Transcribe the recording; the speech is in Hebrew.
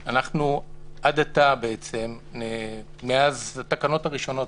עד עתה מאז התקנות הראשונות,